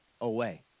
away